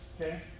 okay